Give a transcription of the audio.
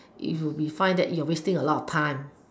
if you be find that you'll be wasting a lot of time